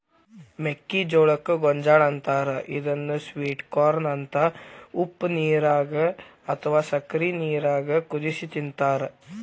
ಮೆಕ್ಕಿಜೋಳಕ್ಕ ಗೋಂಜಾಳ ಅಂತಾರ ಇದನ್ನ ಸ್ವೇಟ್ ಕಾರ್ನ ಅಂತ ಉಪ್ಪನೇರಾಗ ಅತ್ವಾ ಸಕ್ಕರಿ ನೇರಾಗ ಕುದಿಸಿ ತಿಂತಾರ